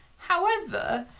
however,